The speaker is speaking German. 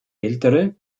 ältere